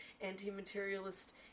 anti-materialist